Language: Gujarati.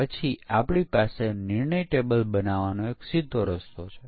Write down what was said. આના કેપ્ચર અને રિપ્લે કરતા કેટલાક ફાયદાઓ છે